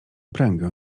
pręgę